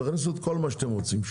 ותכניסו שם כל מה שאתם רוצים.